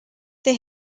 they